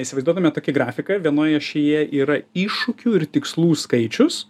įsivaizduotume tokį grafiką vienoje ašyje yra iššūkių ir tikslų skaičius